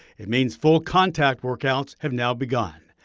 it means full contact workouts have now begun.